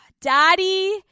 Daddy